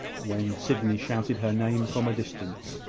when sydney shouted her name from a distance,